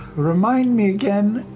remind me again.